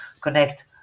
connect